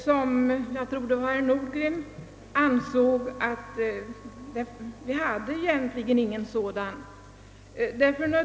Herr Nordgren ansåg att vi egentligen inte har någon sådan utbildning.